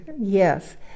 yes